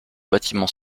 bâtiment